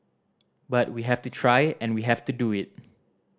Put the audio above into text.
but we have to try and we have to do it